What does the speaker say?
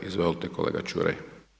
Izvolite kolega Ćuraj.